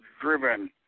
driven